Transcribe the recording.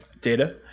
data